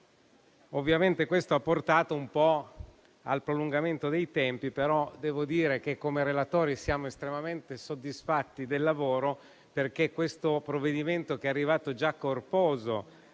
Ovviamente questo ha portato a un prolungamento dei tempi, però devo dire che come relatori siamo estremamente soddisfatti del lavoro compiuto, perché questo provvedimento, che è arrivato già corposo